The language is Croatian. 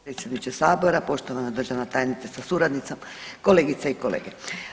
Predsjedniče sabora, poštovana državna tajnice sa suradnicama, kolegice i kolege.